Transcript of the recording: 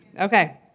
Okay